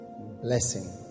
Blessing